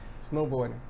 Snowboarding